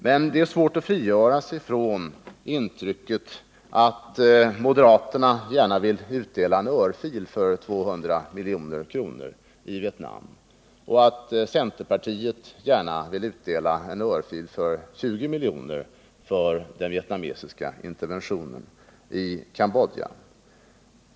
Men det är svårt att frigöra sig från intrycket att moderaterna gärna vill utdela en örfil för 200 milj.kr. när det gäller Vietnam och att centerpartiet gärna vill utdela en örfil för 20 milj.kr. för den vietnamesiska interventionen i Cambodja.